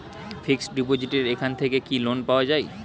Fix ডিপোজিটের এখান থেকে কি লোন পাওয়া যায়?